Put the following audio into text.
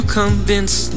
convince